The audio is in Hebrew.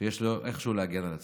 שיש לו איכשהו להגן על עצמו.